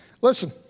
listen